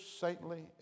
saintly